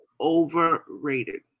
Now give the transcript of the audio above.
overrated